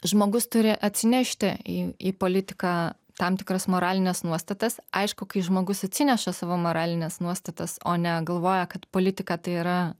žmogus turi atsinešti į į politiką tam tikras moralines nuostatas aišku kai žmogus atsineša savo moralines nuostatas o ne galvoja kad politika tai yra